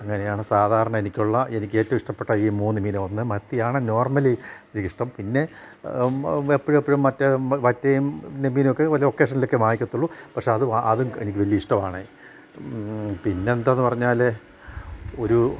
അങ്ങനെയാണ് സാധാരണ എനിക്കുള്ള എനിക്ക് ഏറ്റവും ഇഷ്ടപ്പെട്ട ഈ മൂന്ന് മീൻ ഒന്ന് മത്തിയാണ് നോർമലി എനിക്കിഷ്ടം പിന്നെ എപ്പോഴും എപ്പോഴും മറ്റേ വറ്റയും മീനൊക്കെ ലൊക്കേഷനിലൊക്കെ വാങ്ങിക്കത്തുള്ളൂ പക്ഷെ അത് അതും എനിക്ക് വലിയ ഇഷ്ടമാണ് പിന്നെന്താണെന്നു പറഞ്ഞാൽ ഒരു